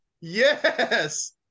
Yes